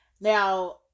Now